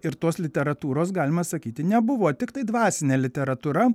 ir tos literatūros galima sakyti nebuvo tiktai dvasinė literatūra